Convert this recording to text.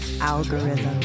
algorithm